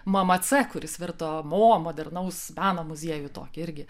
mmc kuris virto mo modernaus meno muziejų tokį irgi